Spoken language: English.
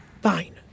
Fine